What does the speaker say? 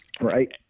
Right